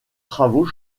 travaux